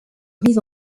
mise